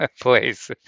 place